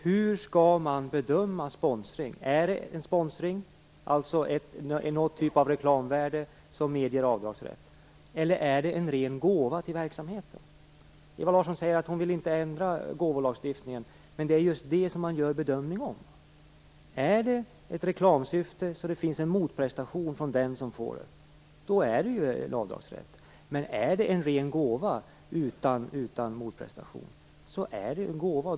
Hur skall man bedöma sponsring? Är det en sponsring, dvs. att det har någon typ reklamvärde som medger avdragsrätt, eller är det en ren gåva till verksamheten? Ewa Larsson säger att hon inte vill ändra gåvolagstiftningen. Men det är just det man gör en bedömning av. Är det ett reklamsyfte, så att det finns en motprestation från den som får pengarna, har man avdragsrätt. Men är det en ren gåva utan motprestation, är det en gåva.